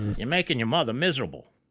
you're making your mother miserable.